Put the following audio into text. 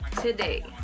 today